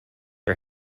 are